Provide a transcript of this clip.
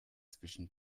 zwischen